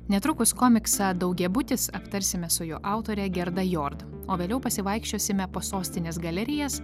netrukus komiksą daugiabutis aptarsime su jo autore gerda jord o vėliau pasivaikščiosime po sostinės galerijas